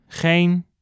Geen